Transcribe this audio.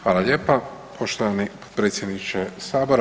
Hvala lijepa poštovani predsjedniče sabora.